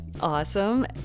Awesome